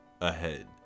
ahead